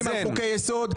על חוקי יסוד,